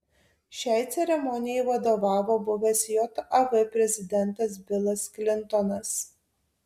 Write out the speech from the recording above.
šiai ceremonijai vadovavo buvęs jav prezidentas bilas klintonas